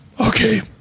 Okay